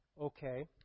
okay